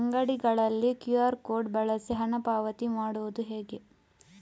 ಅಂಗಡಿಗಳಲ್ಲಿ QR code ಬಳಸಿ ಹಣ ಪಾವತಿ ಮಾಡೋದು ಹೇಗೆ?